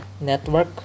network